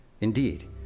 indeed